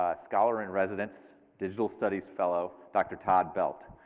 ah scholar in residence, digital studies fellow, dr. todd belt.